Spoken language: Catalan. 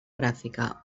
gràfica